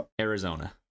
arizona